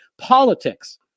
politics